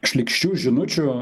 šlykščių žinučių